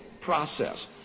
process